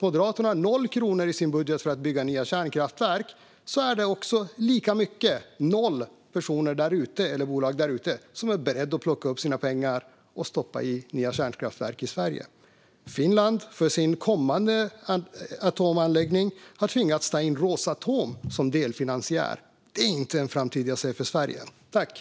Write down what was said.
Moderaterna har noll kronor i sin budget för att bygga kärnkraftverk, och det är lika många bolag där ute - nämligen noll - som är beredda att ta sina pengar och stoppa in dem i nya kärnkraftverk i Sverige. För sin kommande atomanläggning har Finland tvingats ta in Rosatom som delfinansiär. Det är inte en framtid jag ser för Sveriges del.